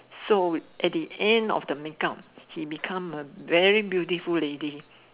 so at the end of the make up he become a very beautiful lady